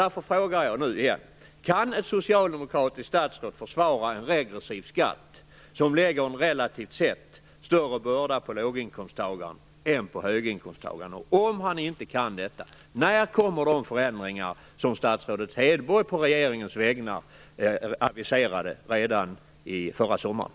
Därför frågar jag igen: Kan ett socialdemokratiskt statsråd försvara en regressiv skatt som lägger en relativt sett större börda på låginkomsttagaren än på höginkomsttagaren? Om han inte kan detta, när kommer de förändringar som statsrådet Hedborg på regeringens vägnar aviserade redan förra sommaren?